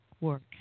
work